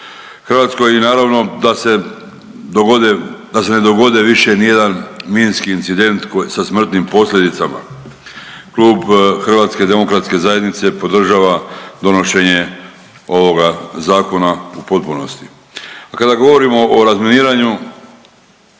Hrvatskoj je naravno da se dogode, da se ne dogode više nijedan minski incident sa smrtnim posljedicama, Klub HDZ-a podržava donošenje ovoga Zakona u potpunosti. Pa kada govorimo o razminiranju,